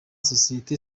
sosiyete